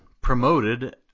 promoted